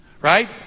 right